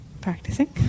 practicing